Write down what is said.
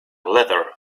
leather